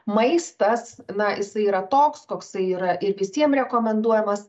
maistas na jisai yra toks koksai yra ir visiem rekomenduojamas